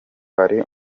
hari